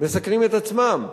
מסכנים את עצמם,